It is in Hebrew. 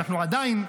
שאנחנו עדיין,